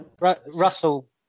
Russell